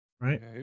Right